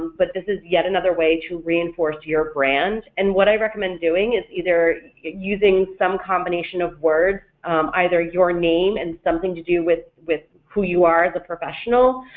but this is yet another way to reinforce your brand and what i recommend doing is either using some combination of words either your name and something to do with with who you are as a professional,